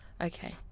Okay